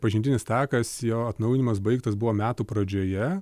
pažintinis takas jo atnaujinimas baigtas buvo metų pradžioje